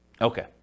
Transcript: Okay